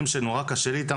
שמאוד קשה לי איתם,